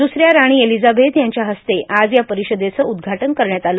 दुसऱ्या राणी एलीझाबेथ यांच्या हस्ते आज या परिषदेचं उद्घाटन करण्यात आलं